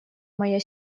моя